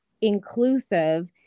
inclusive